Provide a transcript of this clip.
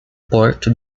porto